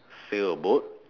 sail a boat